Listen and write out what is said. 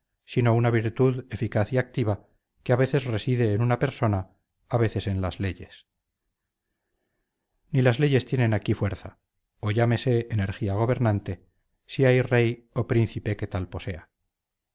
sino una virtud eficaz y activa que a veces reside en una persona a veces en las leyes ni las leyes tienen aquí fuerza o llámese energía gobernante ni hay rey o príncipe que tal posea